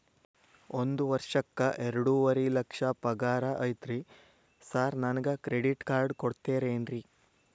ಒಂದ್ ವರ್ಷಕ್ಕ ಎರಡುವರಿ ಲಕ್ಷ ಪಗಾರ ಐತ್ರಿ ಸಾರ್ ನನ್ಗ ಕ್ರೆಡಿಟ್ ಕಾರ್ಡ್ ಕೊಡ್ತೇರೆನ್ರಿ?